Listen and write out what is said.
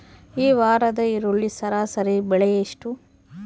ಈ ವಾರದ ಈರುಳ್ಳಿ ಸರಾಸರಿ ಬೆಲೆ ಎಷ್ಟು?